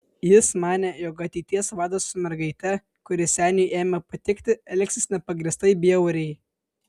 jis manė jog ateities vadas su mergaite kuri seniui ėmė patikti elgsis nepagrįstai bjauriai